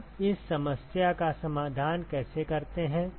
हम इस समस्या का समाधान कैसे करते हैं